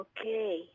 okay